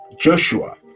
Joshua